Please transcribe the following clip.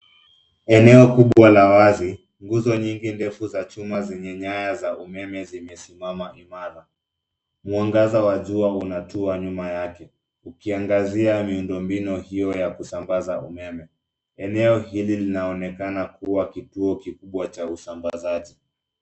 Eneo kubwa la wazi, nguzo nyingi ndefu za chuma zenye nyaya za umeme zimesimama imara. Mwangaza wa jua unatua nyuma yake ukiangazia miundo mbinu hiyo ya kusambaza umeme. Eneo hili linaonekana kuwa kituo kikubwa cha usambazaji.